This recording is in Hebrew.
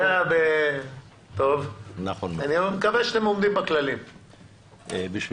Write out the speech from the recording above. מזכיר קצת את מתווה שהגז בכל מה שקשור ליחסי ייצוא משק פנימי.